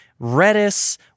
Redis